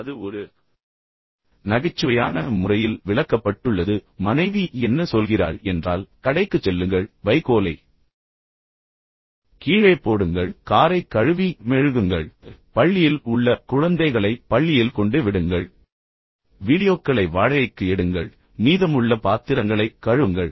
எனவே அது ஒரு நகைச்சுவையான முறையில் விளக்கப்பட்டுள்ளது எனவே மனைவி என்ன சொல்கிறாள் என்றால் கடைக்குச் செல்லுங்கள் வைக்கோலை கீழே போடுங்கள் காரை கழுவி மெழுகுங்கள் பள்ளியில் உள்ள குழந்தைகளை பள்ளியில் கொண்டு விடுங்கள் வீடியோக்களை வாடகைக்கு எடுங்கள் மீதமுள்ள பாத்திரங்களை கழுவுங்கள்